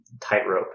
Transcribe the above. tightrope